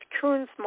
Coons